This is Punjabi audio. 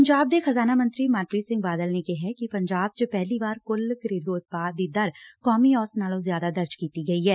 ਪੰਜਾਬ ਦੇ ਖ਼ਜਾਨਾ ਮੰਤਰੀ ਮਨਪ੍ੀਤ ਸਿੰਘ ਬਾਦਲ ਨੇ ਕਿਹੈ ਕਿ ਪੰਜਾਬ ਚ ਪਹਿਲੀ ਵਾਰ ਕੁੱਲ ਘਰੇਲੂ ਉਤਪਾਦ ਦੀ ਦਰ ਕੌਮੀ ਔਸਤ ਨਾਲੋਂ ਜ਼ਿਆਦਾ ਦਰਜ ਕੀਤੀ ਗਈ ਐ